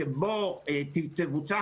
שבו תבוצע